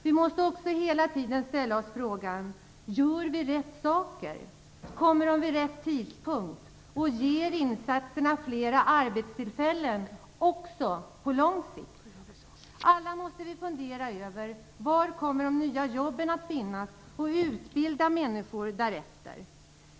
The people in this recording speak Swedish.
Vi måste också hela tiden ställa oss frågan: Gör vi rätt saker, kommer de vid rätt tidpunkt och ger insatserna fler arbetstillfällen också på lång sikt? Alla måste vi fundera över var de nya jobben kommer att finnas och utbilda människor därefter.